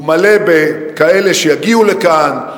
הוא מלא בכאלה שיגיעו לכאן,